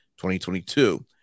2022